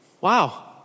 Wow